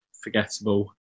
forgettable